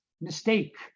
mistake